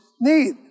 need